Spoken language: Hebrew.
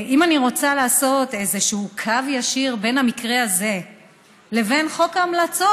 אם אני רוצה לעשות איזשהו קו ישיר בין המקרה הזה לבין חוק ההמלצות,